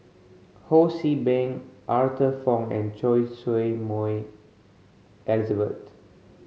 Ho See Beng Arthur Fong and Choy Su Moi Elizabeth